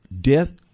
death